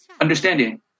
understanding